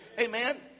Amen